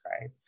right